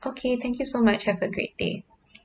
okay thank you so much have a great day